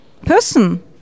person